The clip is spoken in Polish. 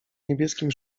niebieskim